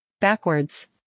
backwards